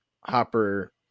Hopper